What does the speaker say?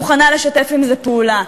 מוכנה לשתף עם זה פעולה,